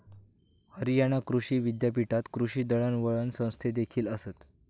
हरियाणा कृषी विद्यापीठात कृषी दळणवळण संस्थादेखील आसत